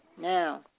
now